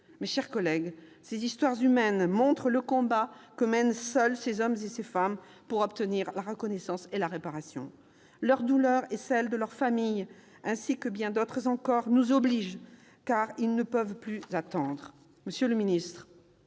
Mes chers collègues, ces histoires humaines témoignent du combat que mènent seuls ces hommes et ces femmes pour obtenir reconnaissance et réparation. Leur douleur et celle de leurs familles nous obligent ; ils ne peuvent plus attendre. Monsieur le ministre,